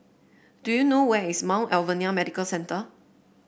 do you know where is Mount Alvernia Medical Centre